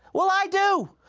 well i do!